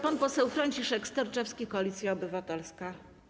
Pan poseł Franciszek Sterczewski, Koalicja Obywatelska.